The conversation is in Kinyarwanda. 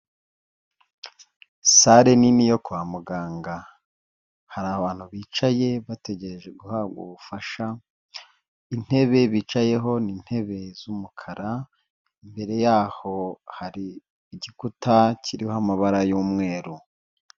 Sale nini yo kwa muganga hari abantu bicaye bategereje guhabwa ubufasha, intebe bicayeho n'intebe z'umukara imbere yaho hari igikuta kiriho amabara y'umweru.